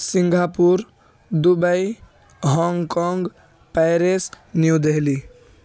Singapore Dubai Hong Kong Paris New Delhi